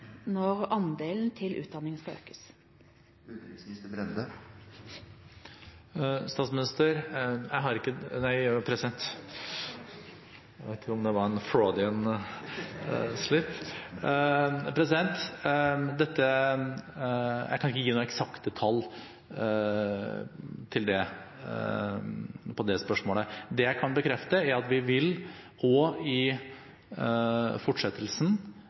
når andelen til utdanning skal økes? Statsminister – nei, president. Jeg vet ikke om det var en «Freudian slip». Jeg kan ikke gi noen eksakte tall til det spørsmålet. Det jeg kan bekrefte, er at vi også i fortsettelsen vil øke satsingen på helse, noe vi gjorde i